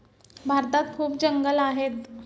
भारतात खूप जंगलं आहेत